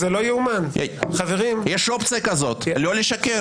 יש אופציה כזאת, לא לשקר.